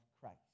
Christ